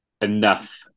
enough